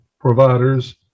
providers